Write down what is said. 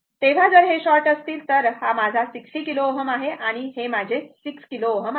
तेव्हा जर हे शॉर्ट असतील तर हा माझा 60 किलो Ω आहे आणि हा माझे 6 किलो Ω आहे